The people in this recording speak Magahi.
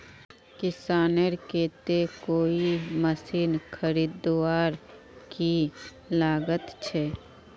किसानेर केते कोई मशीन खरीदवार की लागत छे?